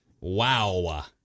Wow